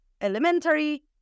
elementary